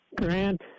Grant